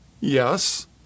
yes